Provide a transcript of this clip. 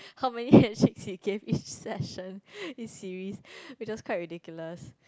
how many handshakes he gave each session each series which is quite ridiculous